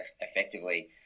effectively